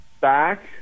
back